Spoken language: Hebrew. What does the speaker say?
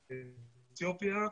שנמצא באתיופיה.